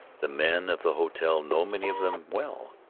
the men of the hotel know many of them well.